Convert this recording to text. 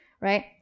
right